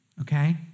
okay